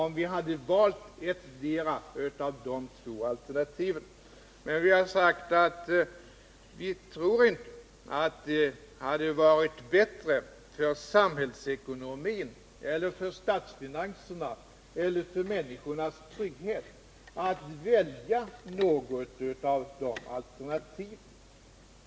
Men vi har sagt att vi inte tror att det hade varit bättre för samhällsekonomin eller för statsfinanserna eller för människornas trygghet att välja något av de alternativen.